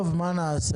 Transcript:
טוב, מה נעשה?